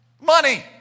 money